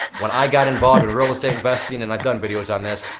when i got involved in real estate investing, and i've done videos on this,